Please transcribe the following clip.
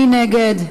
מי נגד?